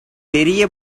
பெரிய